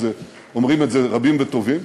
אומרים את זה רבים וטובים,